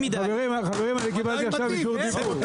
חברים, אני קיבלתי עכשיו רשות דיבור.